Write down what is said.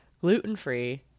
gluten-free